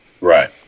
right